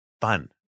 fun